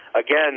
again